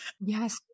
Yes